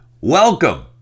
Welcome